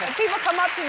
people come up